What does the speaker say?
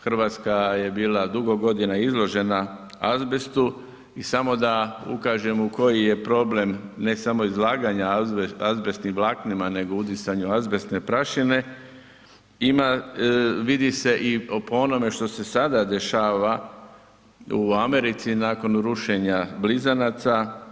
Hrvatska je bila dugo godina izložena azbestu i samo da ukažem u koji je problem, ne samo izlaganja azbestnim vlaknima nego udisanju azbestne prašine ima, vidi se i po onome što se sada dešava u Americi nakon rušenja Blizanaca.